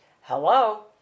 Hello